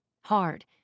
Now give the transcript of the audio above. hard